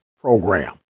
program